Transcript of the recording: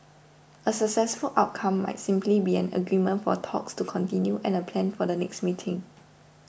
a successful outcome might simply be an agreement for talks to continue and a plan for the next meeting